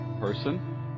person